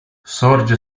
sorge